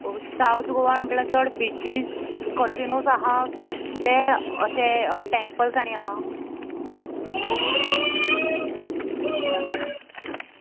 south गोवान म्हटल्यार चड बिचीस कसिनोज आहा किदें अशें टेंपल्स आनी आहा